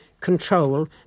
control